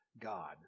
God